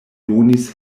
donis